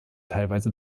teilweise